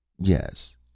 Yes